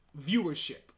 viewership